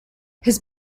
his